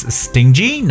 stingy